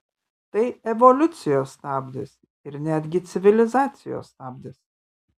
tai evoliucijos stabdis ir netgi civilizacijos stabdis